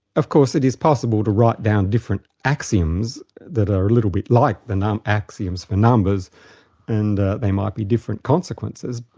of course it is possible to write down different axioms that are a little bit like the known um axioms for numbers and they might be different consequences,